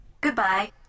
Goodbye